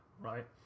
right